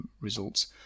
results